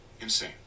Insane